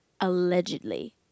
allegedly